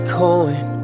coin